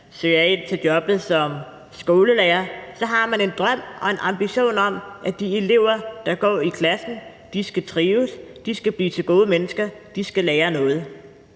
søger ind til jobbet som skolelærer, har en drøm og en ambition om, at de elever, der går i klassen, skal trives, at de skal blive til gode mennesker, og at de skal lære noget.